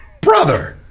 Brother